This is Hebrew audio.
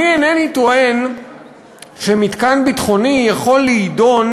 אני אינני טוען שמתקן ביטחוני יכול להידון